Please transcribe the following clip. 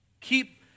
Keep